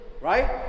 right